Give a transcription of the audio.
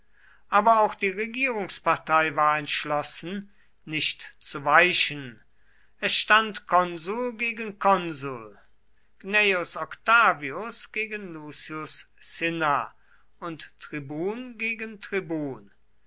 aber auch die regierungspartei war entschlossen nicht zu weichen es stand konsul gegen konsul gnaeus octavius gegen lucius cinna und tribun gegen tribun